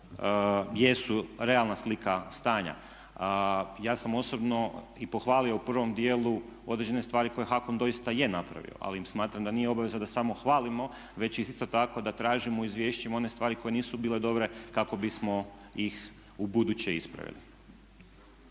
jesu realna slika stanja. Ja sam osobno i pohvalio u prvom dijelu određene stvari koje HAKOM doista je napravio, ali smatram da nije obaveza da samo hvalimo već isto tako da tražimo u izvješćima one stvari koje nisu bile dobre kako bismo ih ubuduće ispravili.